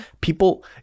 People